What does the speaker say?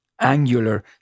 angular